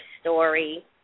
story